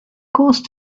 course